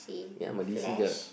ya my D C girl